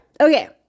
okay